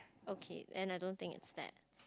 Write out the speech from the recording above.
okay then I don't think it's that